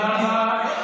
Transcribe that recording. תודה רבה.